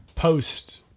Post